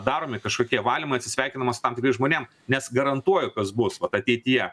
daromi kažkokie valymai atsisveikinama su tam tikrais žmonėm nes garantuoju kas bus vat ateityje